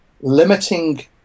limiting